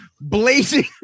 blazing